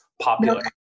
popular